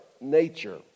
nature